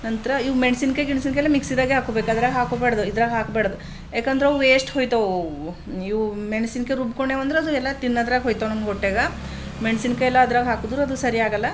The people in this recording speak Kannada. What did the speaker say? ನಂತರ ಇವು ಮೆಣಸಿನಕಾಯಿ ಗಿಣ್ಸಿನ್ಕಾಯಿ ಮಿಕ್ಸಿದಾಗೆ ಹಾಕೋಬೇಕು ಅದರಾಗ ಹಾಕೋಬಾಡ್ದು ಇದ್ರಾಗ ಹಾಕ್ಬಾಡ್ದು ಯಾಕಂದ್ರವು ವೇಸ್ಟ್ ಹೋಯ್ತವು ಅವು ಇವು ಮೆಣಸಿನಕಾಯಿ ರುಬ್ಕೊಂಡೇವಂದ್ರೆ ಅದು ಎಲ್ಲ ತಿನ್ನದ್ರಾಗ ಹೋಯ್ತವು ನಮ್ಮ ಹೊಟ್ಟೆಗೆ ಮೆಣ್ಸಿನ್ಕಾಯಲ್ಲಾದ್ರೆ ಹಾಕದ್ರೆ ಅದು ಸರಿಯಾಗಲ್ಲ